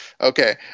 Okay